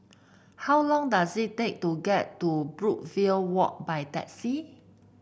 how long does it take to get to Brookvale Walk by taxi